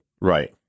Right